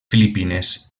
filipines